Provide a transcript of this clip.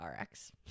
RX